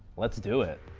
let's do it.